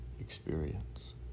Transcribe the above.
experience